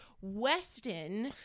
Weston